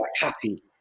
happy